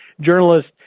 journalist